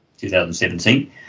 2017